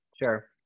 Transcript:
Sure